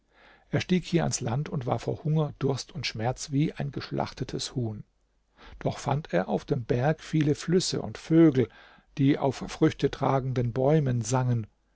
er stieg hier ans land und war vor hunger durst und schmerz wie ein geschlachtetes huhn doch fand er auf dem berg viele flüsse und vögel die auf früchtetragenden bäumen sangen